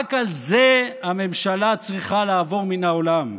רק על זה הממשלה צריכה לעבור מן העולם.